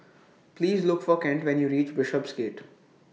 Please Look For Kent when YOU REACH Bishopsgate